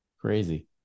crazy